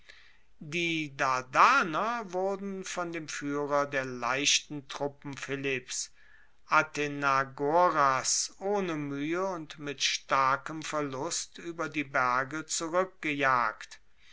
die dardaner wurden von dem fuehrer der leichten truppen philipps athenagoras ohne muehe und mit starkem verlust ueber die berge